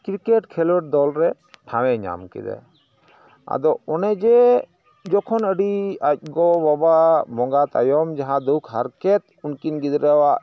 cricket ᱠᱷᱮᱞᱚᱰ ᱫᱚᱞᱨᱮ ᱴᱷᱟᱶ ᱮ ᱧᱟᱢ ᱠᱮᱫᱟ ᱟᱫᱚ ᱚᱱᱮᱡᱮ ᱡᱚᱠᱷᱚᱱ ᱟᱹᱰᱤ ᱟᱡ ᱜᱚᱼᱵᱟᱵᱟ ᱵᱚᱸᱜᱟ ᱛᱟᱭᱚᱢ ᱡᱟᱦᱟᱸ ᱫᱩᱠ ᱦᱟᱨᱠᱮᱛ ᱩᱱᱠᱤᱱ ᱜᱤᱫᱽᱨᱟᱹᱣᱟᱜ